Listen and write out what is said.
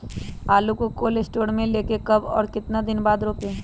आलु को cold store से ले के कब और कितना दिन बाद रोपे?